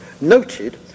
noted